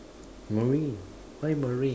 marine why marine